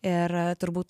ir turbūt